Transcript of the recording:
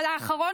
אבל האחרון,